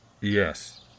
Yes